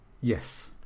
Yes